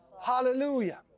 Hallelujah